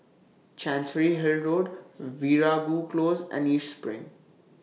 Chancery Hill Road Veeragoo Close and East SPRING